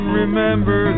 remember